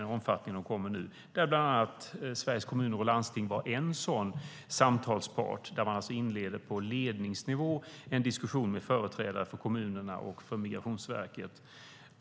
Sveriges Kommuner och Landsting är en sådan samtalspartner där man diskuterade på ledningsnivå med företrädare för kommunerna och för Migrationsverket.